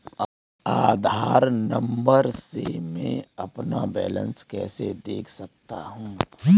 आधार number से मैं अपना बैलेंस कैसे देख सकता हूँ?